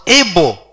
able